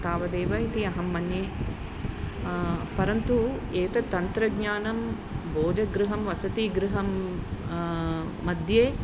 तावदेव इति अहं मन्ये परन्तु एतत् तन्त्रज्ञानं भोजनगृहं वसतिगृहम्मध्ये